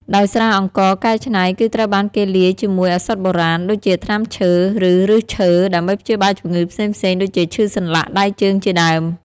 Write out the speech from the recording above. ដោយស្រាអង្ករកែច្នៃ គឺត្រូវបានគេលាយជាមួយឱសថបុរាណ ដូចជាថ្នាំឈើ ឬឫសឈើ ដើម្បីព្យាបាលជំងឺផ្សេងៗ ដូចជាឈឺសន្លាក់ដៃជើងជាដើម។